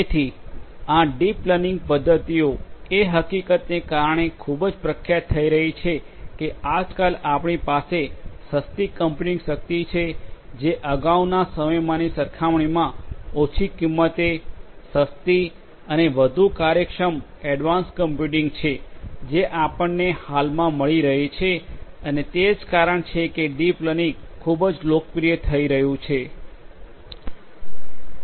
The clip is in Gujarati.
તેથી આ ડીપ લર્નિંગ પદ્ધતિઓ એ હકીકતને કારણે ખૂબ જ પ્રખ્યાત થઈ રહી છે કે આજકાલ આપણી પાસે સસ્તી કમ્પ્યુટિંગ શક્તિ છે જે અગાઉના સમયમાંની સરખામણીમાં ઓછી કિંમતે સસ્તી અને વધુ કાર્યક્ષમ એડવાન્સ્ડ કોમ્પ્યુટીંગ છે જે આપણને હાલમાં મળી રહી છે અને તે જ કારણ છે કે ડીપ લર્નિંગ ખૂબ જ લોકપ્રિય થઈ રહ્યું છે